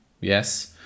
Yes